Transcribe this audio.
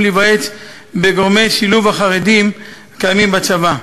להיוועץ בגורמי שילוב החרדים הקיימים בצבא.